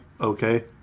Okay